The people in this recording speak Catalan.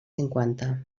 cinquanta